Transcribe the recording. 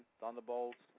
Thunderbolts